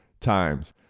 times